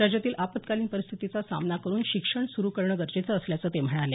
राज्यातील आपत्कालीन परिस्थितीचा सामना करून शिक्षण सुरू करणे गरजेचं असल्याचं ते म्हणाले